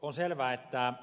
on selvää että